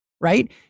right